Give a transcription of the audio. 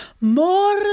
more